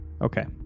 Okay